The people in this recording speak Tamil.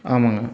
ஆமாங்க